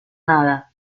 nada